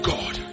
God